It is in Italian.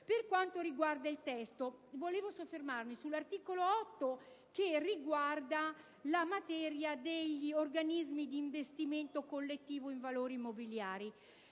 Per quanto riguarda il testo, vorrei soffermarmi sull'articolo 8, che riguarda la materia di taluni organismi di investimento collettivo in valori mobiliari.